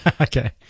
Okay